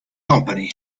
company